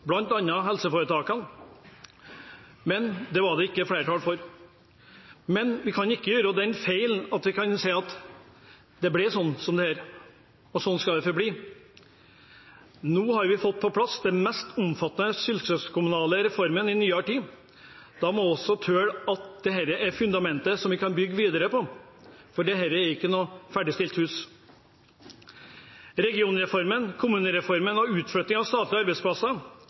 bl.a. helseforetakene. Det var det ikke flertall for. Men vi kan ikke gjøre den feilen å si at slik ble det, og slik vil det forbli. Nå har vi fått på plass den mest omfattende fylkeskommunale reformen i nyere tid, og da må vi også tåle å si at dette er et fundament vi kan bygge videre på. Det er ikke et ferdigstilt hus. Regionreform, kommunereform og utflytting av statlige arbeidsplasser